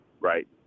Right